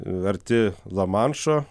arti lamanšo